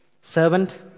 servant